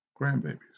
grandbabies